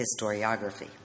historiography